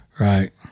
Right